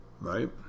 Right